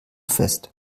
fest